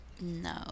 No